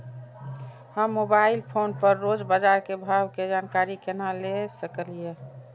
हम mobile phone पर रोज बाजार के भाव के जानकारी केना ले सकलिये?